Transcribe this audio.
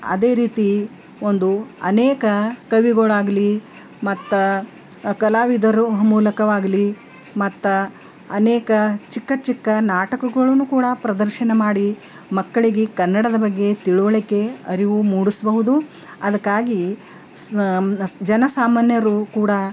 ಅದೇ ರೀತಿ ಒಂದು ಅನೇಕ ಕವಿಗಳಾಗ್ಲಿ ಮತ್ತು ಕಲಾವಿದರು ಮೂಲಕವಾಗಲಿ ಮತ್ತು ಅನೇಕ ಚಿಕ್ಕ ಚಿಕ್ಕ ನಾಟಕಗಳನು ಕೂಡ ಪ್ರದರ್ಶನ ಮಾಡಿ ಮಕ್ಕಳಿಗೆ ಕನ್ನಡದ ಬಗ್ಗೆ ತಿಳುವಳಿಕೆ ಅರಿವು ಮೂಡಿಸ್ಬೌದು ಅದಕ್ಕಾಗಿ ಸಹ ಜನ ಸಾಮಾನ್ಯರು ಕೂಡ